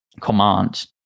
command